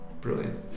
brilliant